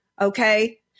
okay